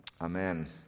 Amen